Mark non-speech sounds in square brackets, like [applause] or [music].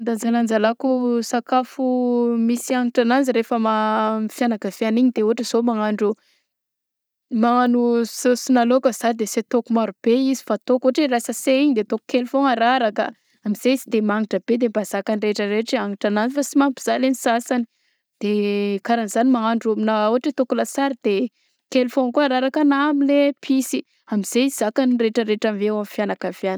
Fandalanzalanzalako sakafo misy hanitra ananjy rehefa ma [hesitation] amy fiagnakaviana igny de ôhatra zao magnandro magnano saisina laoka za de sy ataoko maro be izy ataoko ôhatra hoe ray sase igny de aôto kely foagna araraka amize izy sy de magnitra be de mba zakan'ny retraretra hagnitra agnazy fa sy mampizaly sasagny de [hesitation] karaha an'zany mahandro na ôhatra hoe ataoko lasary de kely foagnany kô araraka na amle episy am'zay izy zakan'ny retraretra eo amin'ny fiagnakaviana.